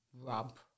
rub